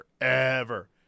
forever